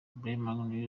bloomberg